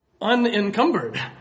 unencumbered